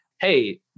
hey